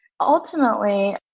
Ultimately